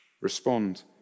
Respond